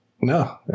No